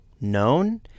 known